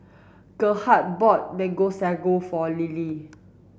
Gerhardt bought mango sago for Lillie